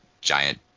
giant